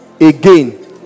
Again